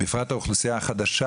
בפרט האוכלוסייה החדשה,